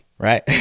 Right